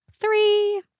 Three